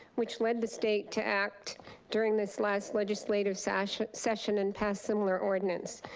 which led the state to act during this last legislative session session and pass similar ordinance.